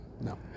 No